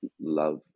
love